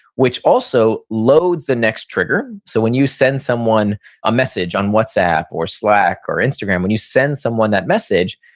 which also loads the next trigger. so when you send someone a message on whatsapp, or slack, or instagram, when you send someone that message,